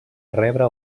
rebre